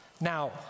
now